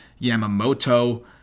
Yamamoto